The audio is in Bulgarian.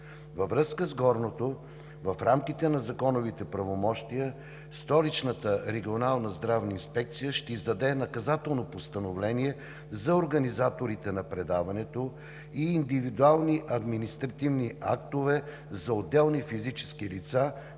Във връзка с горното, в рамките на законовите правомощия, Столичната регионална здравна инспекция ще издаде наказателно постановление за организаторите на предаването и индивидуални административни актове за отделни физически лица,